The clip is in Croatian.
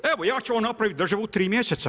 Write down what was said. Evo, ja ću vam napraviti državu u 3 mjeseca.